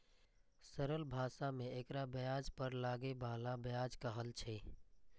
सरल भाषा मे एकरा ब्याज पर लागै बला ब्याज कहल छै